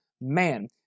Man